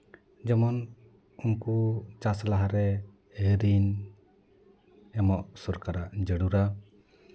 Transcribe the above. ᱡᱮᱢᱚᱱ ᱩᱱᱠᱩ ᱪᱟᱥ ᱞᱟᱦᱟᱨᱮ ᱨᱤᱱ ᱮᱢᱚᱜ ᱥᱚᱨᱠᱟᱨᱟᱜ ᱡᱟᱹᱨᱩᱲᱟ